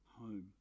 home